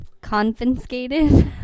Confiscated